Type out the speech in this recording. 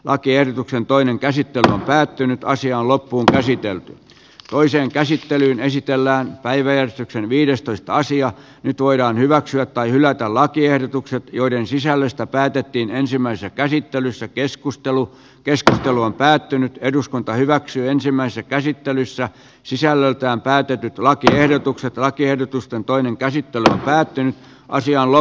lakiehdotuksen toinen käsittely on päättynyt ja asia on loppuunkäsitelty toiseen käsittelyyn esitellään päivetyksen viidestoista sija nyt voidaan hyväksyä tai hylätä lakiehdotukset joiden sisällöstä päätettiin ensimmäisessä käsittelyssä keskustelu keskustelu on päättynyt eduskunta hyväksyi ensimmäisen käsittelyssä sisällöltään päätetyt lakiehdotukset lakiehdotusten toinen käsittely päättyy asialla